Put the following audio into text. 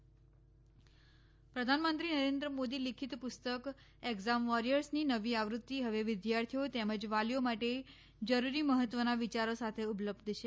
PM exam પ્રધાનમંત્રી નરેન્દ્ર મોદી લિખિત પુસ્તક એક્ઝામ વોરિથર્સ ની નવી આવૃત્તિ હવે વિદ્યાર્થીઓ તેમજ વાલીઓ માટે જરૂરી મહત્ત્વના વિચારો સાથે ઉપલબ્ધ છે